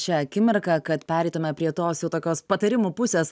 šią akimirką kad pereitume prie tos jau tokios patarimų pusės